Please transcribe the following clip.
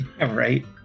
Right